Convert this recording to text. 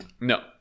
No